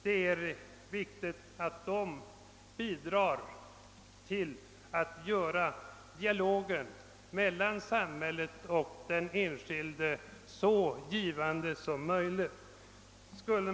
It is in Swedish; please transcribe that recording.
Det är viktigt att dessa organisationer bidrar till att göra dialogen mellan samhället och den enskilde så givande som möjligt.